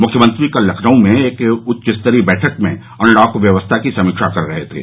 मुख्यमंत्री कल लखनऊ में एक उच्च स्तरीय बैठक में अनलॉक व्यवस्था की समीक्षा कर रहे थे